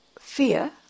fear